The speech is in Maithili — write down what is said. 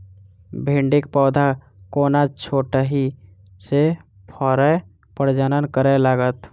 भिंडीक पौधा कोना छोटहि सँ फरय प्रजनन करै लागत?